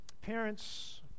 parents